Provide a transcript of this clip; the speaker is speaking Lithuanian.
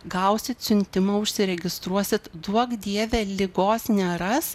gausit siuntimą užsiregistruosit duok dieve ligos neras